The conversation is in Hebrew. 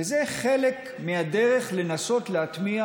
וזה חלק מהדרך לנסות להטמיע